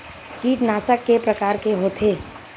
कीटनाशक के प्रकार के होथे?